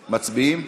מצביעים?